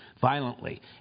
violently